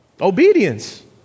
Obedience